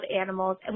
animals